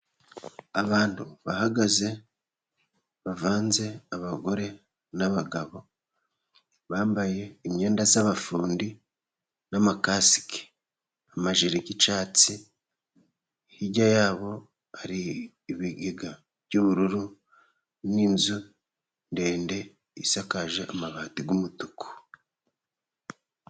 Abantu bahagaze bavanze abagore n'abagabo, bambaye imyenda y'abafundi n'amakasike, amajire y'icyatsi hirya yabo hari ibigega by'ubururu, n'inzu ndende isakaje amabati y'umutuku.